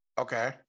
okay